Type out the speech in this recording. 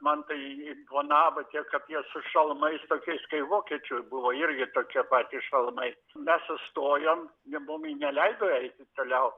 man tai imponavo tiek kad jie su šalmais tokiais kai vokiečių buvo irgi tokie patys šalmai mes sustojom jie mumi neleido eiti toliau